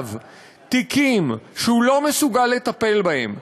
בידיו תיקים שהוא לא מסוגל לטפל בהם,